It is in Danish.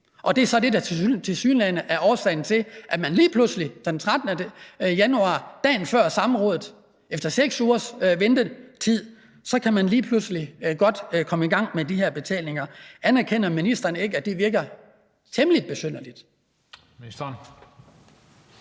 Det er så det, der tilsyneladende er årsag til, at man lige pludselig, altså den 13. januar, dagen før samrådet, efter 6 ugers ventetid, lige pludselig godt kan komme i gang med de her udbetalinger. Anerkender ministeren ikke, at det virker temmelig besynderligt?